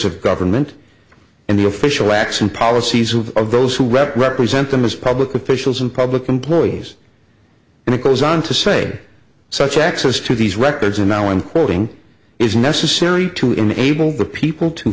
of government and the official acts and policies of of those who represent them as public officials and public employees and it goes on to say such access to these records and now i'm quoting is necessary to enable the people to